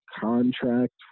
contract